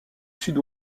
sud